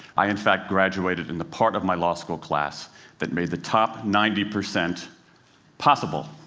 i, in fact, graduated in the part of my law school class that made the top ninety percent possible.